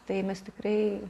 tai mes tikrai